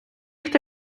хто